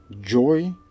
Joy